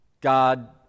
God